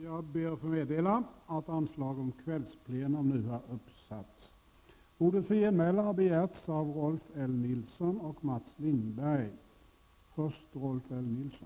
Jag får meddela att anslag nu har uppsatts om att detta sammanträde skall fortsätta efter kl. 19.00.